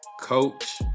Coach